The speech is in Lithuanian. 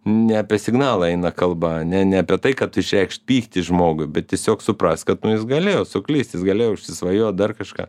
ne apie signalą eina kalba ne ne apie tai kad tu išreikšt pyktį žmogui bet tiesiog suprast kad jis galėjo suklyst jis galėjo užsisvajot dar kažką